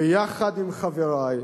ויחד עם חברי,